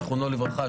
זכרונו לברכה,